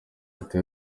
leta